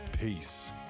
peace